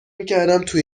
میکردم، تو